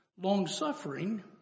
long-suffering